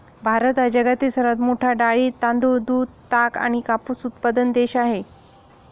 भारत हा जगातील सर्वात मोठा डाळी, तांदूळ, दूध, ताग आणि कापूस उत्पादक देश आहे